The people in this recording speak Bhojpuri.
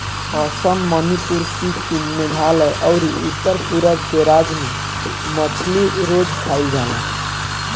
असम, मणिपुर, सिक्किम, मेघालय अउरी उत्तर पूरब के राज्य में मछली रोज खाईल जाला